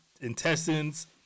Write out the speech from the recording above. intestines